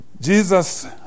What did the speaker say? Jesus